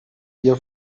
ihr